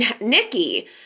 Nikki